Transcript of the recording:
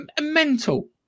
mental